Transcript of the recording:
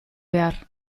behar